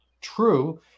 true